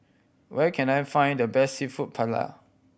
where can I find the best Seafood Paella